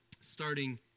starting